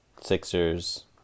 Sixers